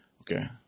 Okay